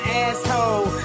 asshole